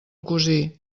cosí